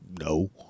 No